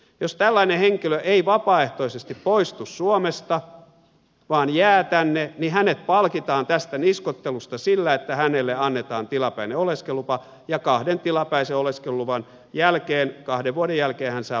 jos tällainen henkilö ei vapaaehtoisesti poistu suomesta vaan jää tänne niin hänet palkitaan tästä niskoittelusta sillä että hänelle annetaan tilapäinen oleskelulupa ja kahden tilapäisen oleskeluluvan jälkeen kahden vuoden jälkeen hän saa pysyvän oleskeluluvan